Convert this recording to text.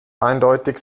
eindeutig